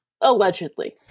allegedly